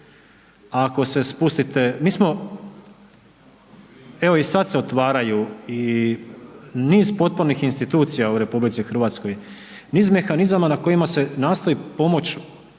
ako se spustite, mi smo, evo i sad se otvaraju i niz potpornih u RH, niz mehanizama na kojima se nastoji pomoć